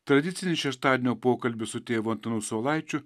tradicinis šeštadienio pokalbis su tėvu antanu saulaičiu